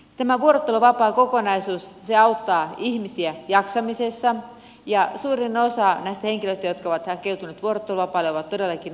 tämä vuorotteluvapaakokonaisuus auttaa ihmisiä jaksamisessa ja suurin osa näistä henkilöistä jotka ovat hakeutuneet vuorotteluvapaalle on todellakin naisia